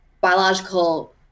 biological